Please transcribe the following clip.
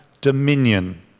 dominion